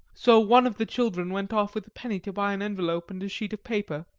so one of the children went off with a penny to buy an envelope and a sheet of paper,